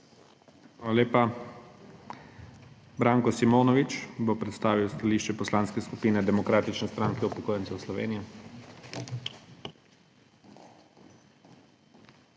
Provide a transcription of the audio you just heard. Hvala lepa. Robert Polnar bo predstavil stališče Poslanske skupine Demokratične stranke upokojencev Slovenije.